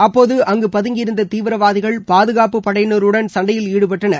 அப்போது அங்கு பதங்கியிருந்த தீவிரவாதிகள் பாதுகாப்புப் படையினருடன் சண்டையில் ஈடுப்பட்டனர்